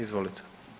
Izvolite.